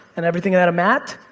and everything that i'm at,